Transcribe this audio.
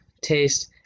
taste